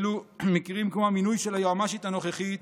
מקרים כמו המינוי של היועמ"שית הנוכחית